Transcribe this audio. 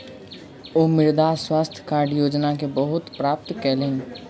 ओ मृदा स्वास्थ्य कार्ड योजना के बहुत लाभ प्राप्त कयलह्नि